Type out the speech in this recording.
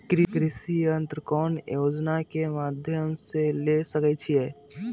कृषि यंत्र कौन योजना के माध्यम से ले सकैछिए?